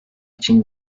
için